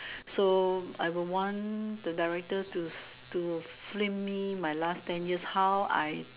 so I will want the director to to film me my last ten years how I